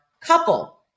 couple